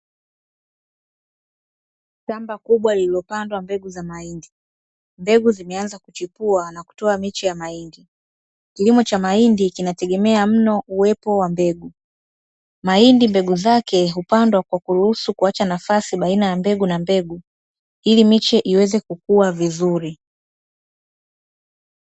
Shamba kubwa lililopandwa mbegu za mahindi, mbegu zimeanza kuchipua na kutoa miche ya mahindi. Kilimo cha mahindi kinategemea mno uwepo wa mbegu. Mahindi mbegu zake hupandwa kwa kuruhusu kuacha nafasi baina ya mbegu na mbegu, ili miche iweze kukua vizuri.